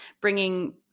bringing